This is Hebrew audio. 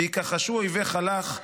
וְיִכָּחֲשו אֹיְבֶיךָ לך,